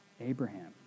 Abraham